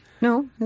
No